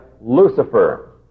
Lucifer